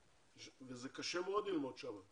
זה קשה מאוד ללמוד שם,